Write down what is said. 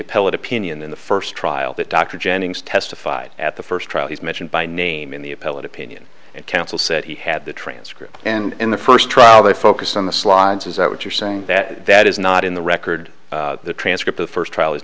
appellate opinion in the first trial that dr jennings testified at the first trial he's mentioned by name in the appellate opinion and counsel said he had the transcript and the first trial they focused on the slides is that what you're saying that that is not in the record the transcript of first trial is